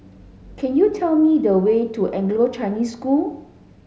can you tell me the way to Anglo Chinese School